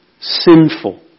sinful